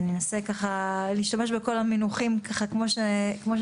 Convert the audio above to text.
אנחנו מכירים את שיטת המנדטים ברשות המוניציפלית בערים והיה ראוי שגם